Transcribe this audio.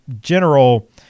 general